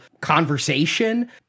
conversation